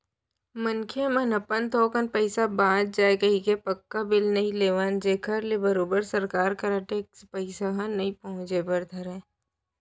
मनखे मन अपन थोकन पइसा बांच जाय कहिके पक्का बिल नइ लेवन जेखर ले बरोबर सरकार करा टेक्स के पइसा ह नइ पहुंचय बर धरय